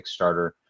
Kickstarter